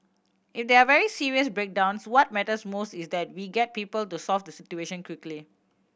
if there are very serious breakdowns what matters most is that we get people to solve the situation quickly